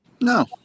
No